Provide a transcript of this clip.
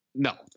No